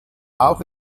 auch